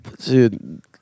Dude